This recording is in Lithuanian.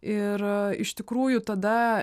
ir iš tikrųjų tada